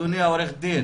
אדוני העו"ד,